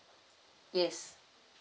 yes